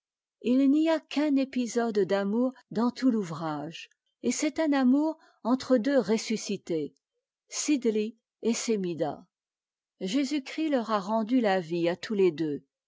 t n'y a qu'un épisode d'amour dans tout l'ouvrage et c'est un amour entre deux ressuscités cidli et semida jésus-christ leur a rendu la vie à tous les deux